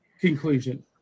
conclusion